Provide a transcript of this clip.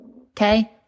okay